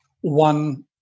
one